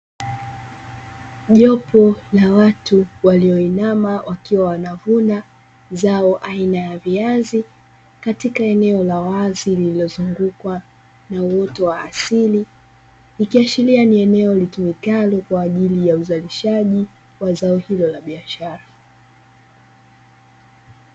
Jopo la watu walioinama wakiwa wanavuna zao aina ya viazi katika eneo la wazi lililozungukwa na uoto wa asili, ikiashiria ni eneo litumikalo kwa ajili ya uzalishaji wa zao hilo la biashara.